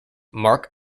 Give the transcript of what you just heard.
marc